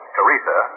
Teresa